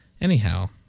anyhow